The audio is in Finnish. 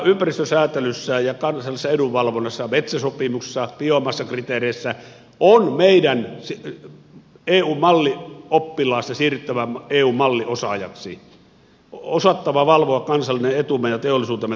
ympäristösäätelyssä ja kansallisessa edunvalvonnassa metsäsopimuksessa biomassakriteereissä on meidän eun mallioppilaasta siirryttävä eun malliosaajaksi osattava valvoa kansallista etuamme ja teollisuutemme toimintaedellytyksiä